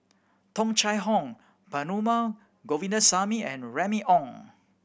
Tung Chye Hong Perumal Govindaswamy and Remy Ong